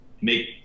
make